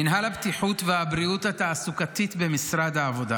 בעיניי --- מינהל הבטיחות והבריאות התעסוקתית במשרד העבודה